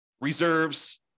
reserves